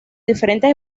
diferentes